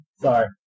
Sorry